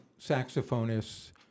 saxophonists